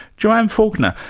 joanne faulkner,